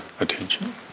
attention